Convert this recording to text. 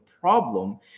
problem